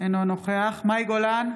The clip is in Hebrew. אינו נוכח מאי גולן,